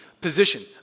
position